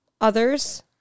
others